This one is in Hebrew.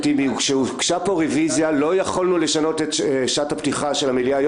כשהוגשה פה רביזיה לא יכולנו לשנות את שעת הפתיחה של המליאה היום